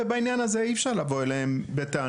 ובעניין הזה אי אפשר לבוא אליהם בטענות.